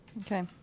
Okay